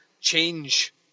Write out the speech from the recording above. change